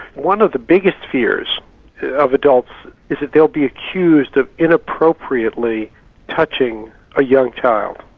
one of the biggest fears of adults is that they'll be accused of inappropriately touching a young child.